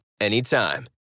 anytime